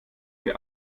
wie